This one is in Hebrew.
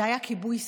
זה היה כיבוי שרפה.